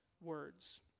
words